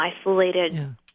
isolated